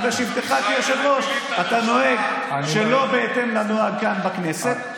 רק בשבתך כיושב-ראש אתה נוהג שלא בהתאם לנוהג כאן בכנסת,